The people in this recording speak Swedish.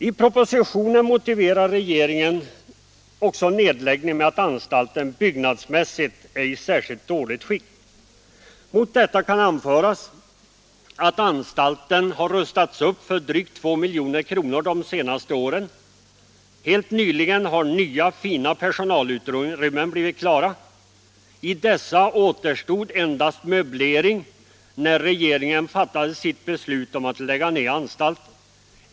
I propositionen motiverade regeringen en nedläggning också med att anstalten byggnadsmässigt är i särskilt dåligt skick. Mot detta kan anföras att anstalten under de senaste åren rustats upp för drygt 2 milj.kr. Helt nyligen har nya fina personalutrymmen blivit klara. I dessa återstod endast möblering när regeringen fattade sitt beslut om att lägga ned anstalten.